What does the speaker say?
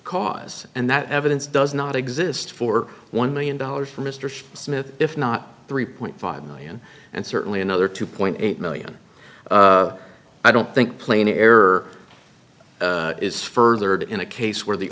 cause and that evidence does not exist for one million dollars for mr smith if not three point five million and certainly another two point eight million i don't think plane air is furthered in a case where the